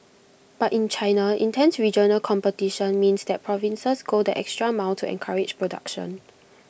but in China intense regional competition means that provinces go the extra mile to encourage production